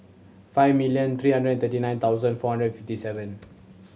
five million three hundred and thirty nine thousand four hundred fifty seven